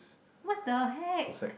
what the heck